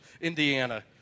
Indiana